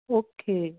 okay